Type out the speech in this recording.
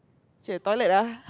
Cher toilet ah